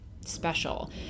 special